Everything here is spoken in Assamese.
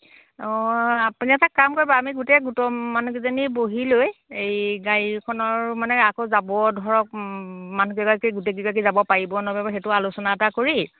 অঁ আপুনি এটা কাম কৰিব আমি গোটেই গোটৰ মানুহকেইজনী বহিলৈ এই গাড়ীখনৰো মানে আকৌ যাব ধৰক মানুহকেইগৰাকী গোটেইকেইগৰাকী যাব পাৰিব নোৱাৰিব সেইটো আলোচনা এটা কৰি